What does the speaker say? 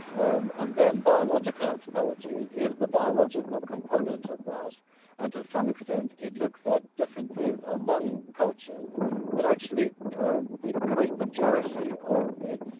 um and then biological anthropology is the biological component of that and to some extent it looks at differences among cultures but actually the great majority of